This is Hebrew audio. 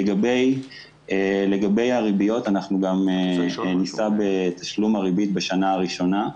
לגבי הריביות אנחנו נישא בתשלום הריבית בשנה הראשונה.